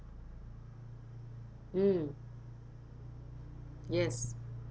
mm yes